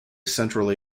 central